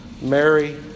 Mary